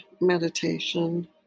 meditation